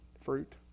Fruit